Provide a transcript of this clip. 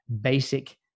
basic